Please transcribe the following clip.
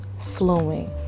flowing